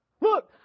Look